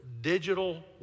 Digital